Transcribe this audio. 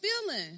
feeling